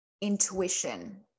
intuition